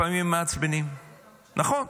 לפעמים מעצבנים, נכון,